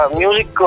music